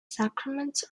sacraments